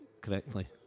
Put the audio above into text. correctly